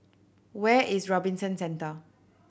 where is Robinson Centre